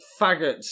faggots